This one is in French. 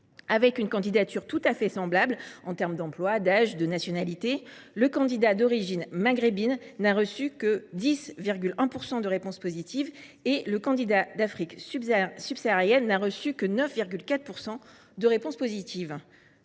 avec une candidature tout à fait semblable – en termes d’emploi, d’âge et de nationalité –, le candidat d’origine maghrébine n’a reçu que 10,1 % de réponses positives et le candidat d’Afrique subsaharienne seulement 9,4 %. Le candidat